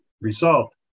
result